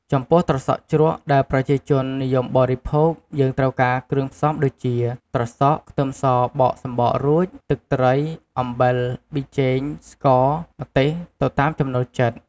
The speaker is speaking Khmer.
ចំពោះត្រសក់ជ្រក់ដែលប្រជាជននិយមបរិភោគ យេីងត្រូវការគ្រឿងផ្សំដូចជា ត្រសក់ ខ្ទឹមសបកសំបករួច ទឹកត្រី អំបិល ប៊ីចេង ស្ករ ម្ទេសទៅតាមចំណូលចិត្ត។